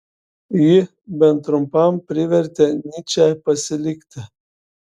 ji bent trumpam privertė nyčę pasilikti